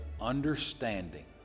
understanding